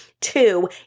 Two